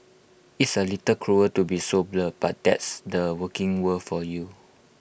it's A little cruel to be so blunt but that's the working world for you